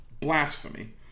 Blasphemy